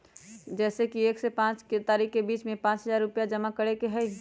जैसे कि एक से पाँच तारीक के बीज में पाँच हजार रुपया जमा करेके ही हैई?